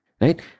right